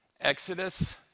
Exodus